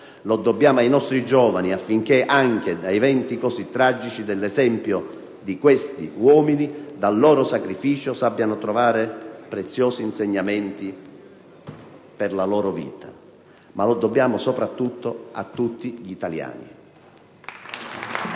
Lo dobbiamo ai nostri giovani affinché anche da eventi così tragici, dall'esempio di questi uomini, dal loro sacrificio sappiano trovare prezioso insegnamento per la loro vita. Ma lo dobbiamo soprattutto a tutti gli italiani.